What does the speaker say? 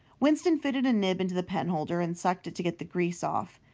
winston fitted a nib into the penholder and sucked it to get the grease off.